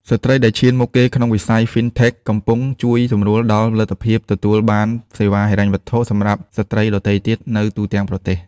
ស្ត្រីដែលឈានមុខគេក្នុងវិស័យ Fintech កំពុងជួយសម្រួលដល់លទ្ធភាពទទួលបានសេវាហិរញ្ញវត្ថុសម្រាប់ស្ត្រីដទៃទៀតនៅទូទាំងប្រទេស។